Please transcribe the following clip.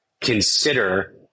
consider